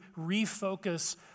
refocus